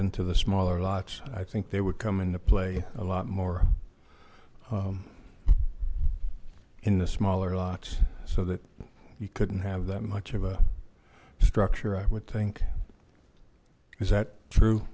into the smaller lots i think they would come into play a lot more in the smaller locks so that you couldn't have that much of a structure i would think is that true